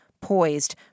poised